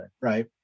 right